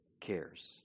cares